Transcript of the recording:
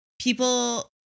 people